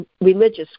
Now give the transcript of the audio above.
religious